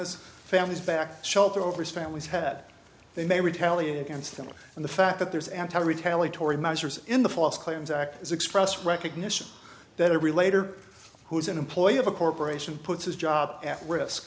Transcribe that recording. his family's back shelter overs families had they may retaliate against them and the fact that there's anti retaliatory measures in the false claims act as express recognition that a relator who is an employee of a corporation puts his job at risk